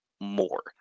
more